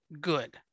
good